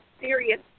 serious